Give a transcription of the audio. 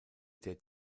der